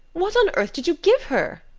what on earth did you give her?